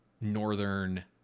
Northern